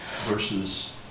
versus